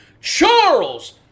Charles